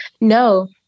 No